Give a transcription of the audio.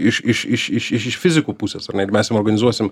iš iš iš iš iš fizikų pusėsar ne ir mes jam organizuosim